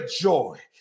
joy